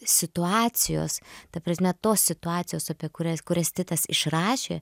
situacijos ta prasme tos situacijos apie kurias kurias titas išrašė